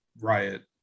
riot